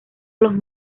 los